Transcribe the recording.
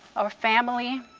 our family,